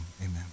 amen